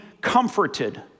comforted